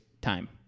time